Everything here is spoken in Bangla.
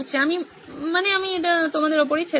মানে আমি এটা তোমার উপর ছেড়ে দিচ্ছি